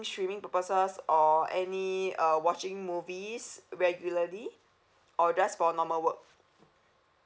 streaming purposes or any uh watching movies regularly or just for normal work